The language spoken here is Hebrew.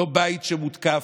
לא בית שמותקף,